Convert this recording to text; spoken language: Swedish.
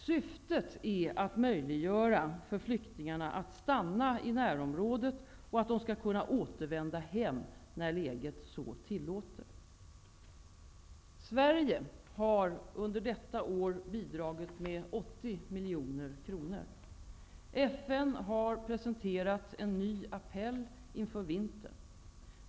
Syftet är att möjliggöra för flyktingarna att stanna i närområdet och att de skall kunna återvända hem när läget så tillåter. Sverige har under detta år bidragit med 80 miljoner kronor. FN har presenterat en ny appell inför vintern.